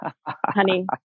honey